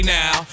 now